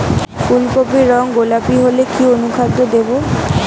ফুল কপির রং গোলাপী হলে কি অনুখাদ্য দেবো?